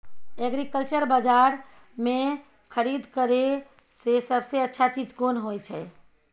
Agriculture बाजार में खरीद करे से सबसे अच्छा चीज कोन होय छै?